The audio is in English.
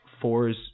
fours